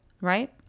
right